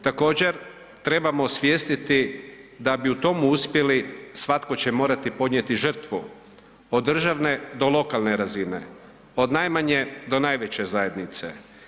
Također trebamo osvijestiti da bi u tome uspjeli svatko će morati podnijeti žrtvu, od državne do lokalne razine, od najmanje do najveće zajednice.